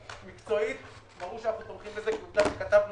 מקצועית ברור שאנחנו תומכים בזה כי עובדה שכתבנו